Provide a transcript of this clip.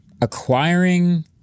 acquiring